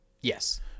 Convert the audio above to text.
Yes